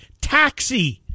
taxi